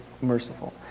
merciful